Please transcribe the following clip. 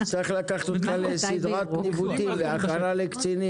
זה בשקף הבא.